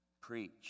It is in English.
preach